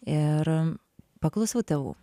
ir paklausiau tėvų